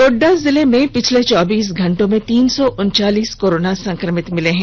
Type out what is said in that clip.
गोड्डा जिले में पिछले चौबीस घंटे में तीन सौ उनचालीस कोरोना संकमित मिले हैं